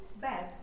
bad